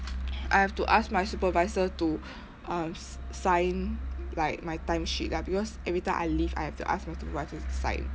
I have to ask my supervisor to uh s~ sign like my timesheet lah because every time I leave I have to ask my supervisor to sign